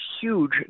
huge